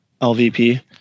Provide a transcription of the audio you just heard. LVP